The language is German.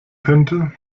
könnte